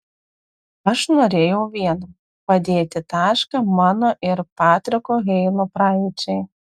aš norėjau vieno padėti tašką mano ir patriko heilo praeičiai